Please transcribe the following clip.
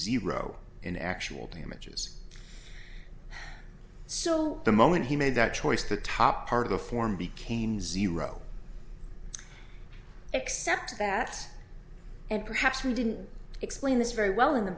zero in actual damages so the moment he made that choice the top part of the form became zero except that and perhaps he didn't explain this very well in